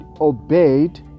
obeyed